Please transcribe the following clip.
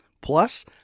Plus